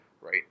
right